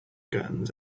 guns